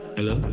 Hello